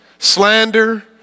Slander